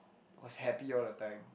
was happy all the time